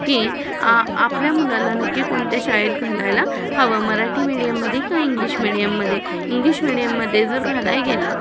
की आ आपल्या मुलाला नक्की कोणत्या शाळेत घालायला हवं मराठी मिडीयममध्ये किंवा इंग्लिश मिडीयममध्ये इंग्लिश मिडीयममध्ये जर घालायला गेलं